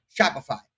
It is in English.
Shopify